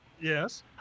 Yes